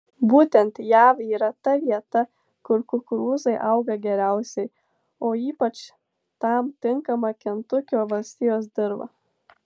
būtent jav yra ta vieta kur kukurūzai auga geriausiai o ypač tam tinkama kentukio valstijos dirva